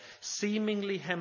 seemingly